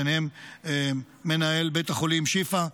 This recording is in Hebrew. ובהם מנהל בית החולים שיפא,